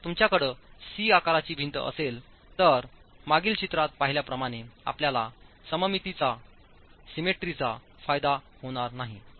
जर तुमच्याकडे सी आकाराची भिंत असेल तर मागील चित्रात पाहिल्याप्रमाणे आपल्याला सममितीचा फायदा होणार नाही